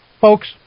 Folks